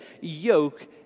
yoke